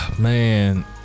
Man